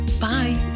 Bye